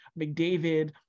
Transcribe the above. McDavid